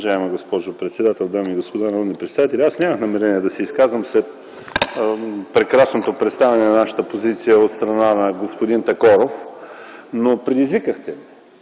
Уважаема госпожо председател, дами и господа народни представители! Аз нямах намерение да се изказвам след прекрасното представяне на нашата позиция от страна на господин Такоров, но ме предизвикахте,